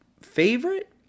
favorite